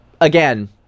Again